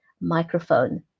microphone